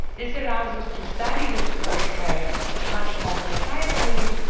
this allows us to study this particle much more precisely.